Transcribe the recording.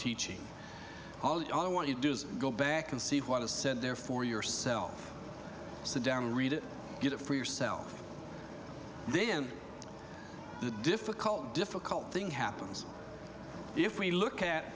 teaching all i want to do is go back and see what is said there for yourself sit down and read it get it for yourself then the difficult difficult thing happens if we look at